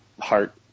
heart